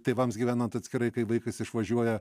tėvams gyvenant atskirai kai vaikas išvažiuoja